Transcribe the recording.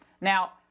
Now